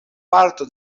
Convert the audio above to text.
parto